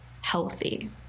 healthy